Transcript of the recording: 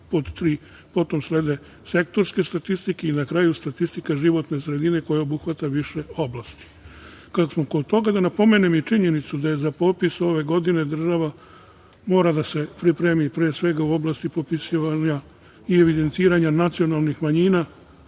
potom slede sektorske statistike i na kraju statistika životne sredine koja obuhvata više oblasti. Kada smo kod toga, da na pomenem i činjenicu da je za popis ove godine država mora da se pripremi pre svega u oblasti popisivanja i evidentiranja nacionalnih manjina